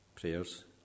prayers